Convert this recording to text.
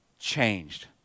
changed